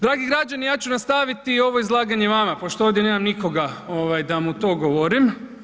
Dragi građani, ja ću nastaviti ovo izlaganje vama pošto ovdje nema nikoga da mu to govorim.